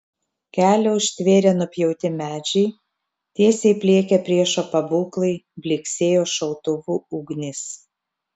kelią užtvėrė nupjauti medžiai tiesiai pliekė priešo pabūklai blyksėjo šautuvų ugnys